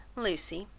lucy,